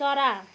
चरा